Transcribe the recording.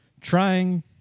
trying